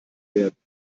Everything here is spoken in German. werden